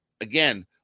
again